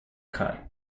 cut